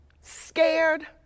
scared